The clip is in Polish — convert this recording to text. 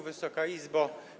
Wysoka Izbo!